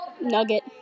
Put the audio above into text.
nugget